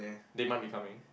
they might be coming